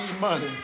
money